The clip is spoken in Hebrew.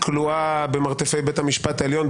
כלואה במרתפי בית המשפט העליון,